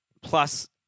plus